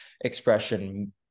expression